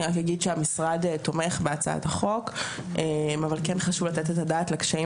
אני אומר שהמשרד תומך בהצעת החוק אבל כן חשוב לתת את הדעת על הקשיים